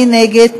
מי נגד?